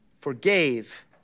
forgave